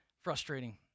frustrating